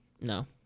No